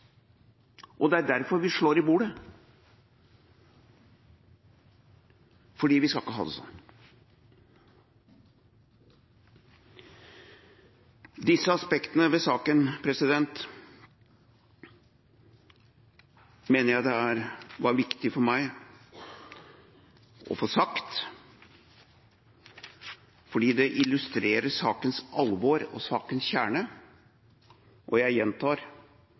Det er derfor vi slår i bordet – for vi skal ikke ha det sånn. Disse aspektene ved saken var det viktig for meg å få fram, fordi de illustrerer sakens alvor og sakens kjerne, og jeg gjentar: